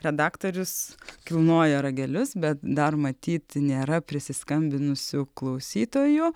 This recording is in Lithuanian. redaktorius kilnoja ragelius bet dar matyt nėra prisiskambinusių klausytojų